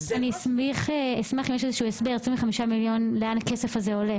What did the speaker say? אשמח להסבר, לאן הכסף הזה הולך.